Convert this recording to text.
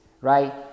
right